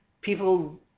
people